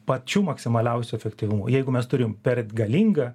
pačiu maksimaliausiu efektyvumu jeigu mes turim per galingą